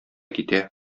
китә